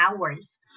hours